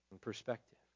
perspective